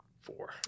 four